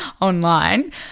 online